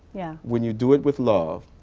yeah when you do it with love.